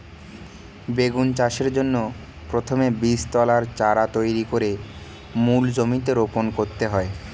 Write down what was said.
বেগুন চাষের জন্য প্রথমে বীজতলায় চারা তৈরি করে মূল জমিতে রোপণ করতে হয়